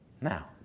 Now